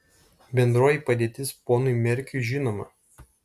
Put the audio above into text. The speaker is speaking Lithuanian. bendroji padėtis ponui merkiui žinoma